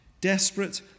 Desperate